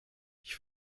ich